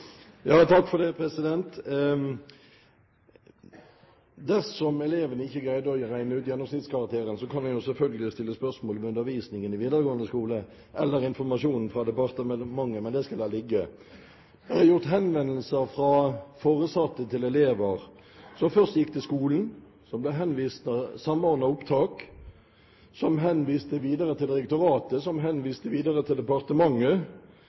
Dersom elevene ikke greide å regne ut gjennomsnittskarakteren, kan man jo selvfølgelig stille spørsmål ved undervisningen i videregående skole eller informasjonen fra departementet, men det skal jeg la ligge. Det er gjort henvendelser fra foresatte til elever som først gikk til skolen, som ble henvist til Samordna opptak, som henviste videre til direktoratet, som henviste videre til departementet,